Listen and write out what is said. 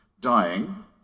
dying